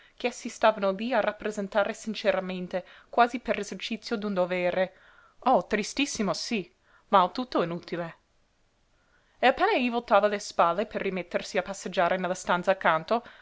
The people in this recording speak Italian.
morte ch'essi stavano lí a rappresentare sinceramente quasi per esercizio d'un dovere oh tristissimo sí ma al tutto inutile e appena egli voltava le spalle per rimettersi a passeggiare nella stanza accanto